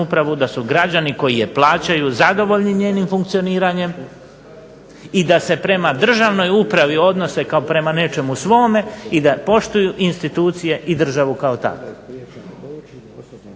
upravu da su građani koji je plaćaju zadovoljni njenim funkcioniranjem i da se prema državnoj upravi odnose kao prema nečemu svome i da poštuju institucije i državu kao takvu.